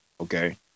Okay